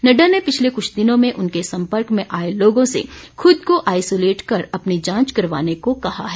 नड़डा ने पिछले कुछ दिनों में उनके सम्पर्क में आए लोगों से खुद को आईसोलेट कर अपनी जांच करवाने को कहा है